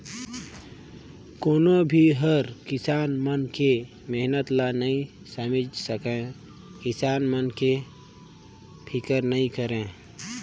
कोनो भी हर किसान मन के मेहनत ल नइ समेझ सके, किसान मन के फिकर नइ करे